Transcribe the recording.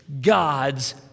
God's